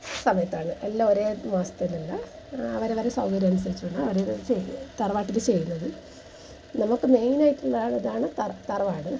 സമയത്താണ് എല്ലാ ഒരേ മാസത്തിലല്ല അവരവരുടെ സൗകര്യമനുസരിച്ചാണ് അവരവർ ചെയ്യുന്നത് തറവാട്ടിൽ ചെയ്യുന്നത് നമുക്ക് മെയിനായിട്ടുള്ളതാണ് തറ തറവാട്